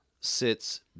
sits